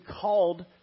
called